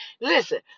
Listen